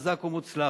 חזק ומוצלח.